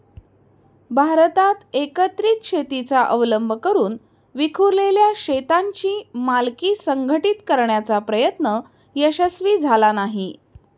भारतात एकत्रित शेतीचा अवलंब करून विखुरलेल्या शेतांची मालकी संघटित करण्याचा प्रयत्न यशस्वी झाला नाही